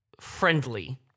friendly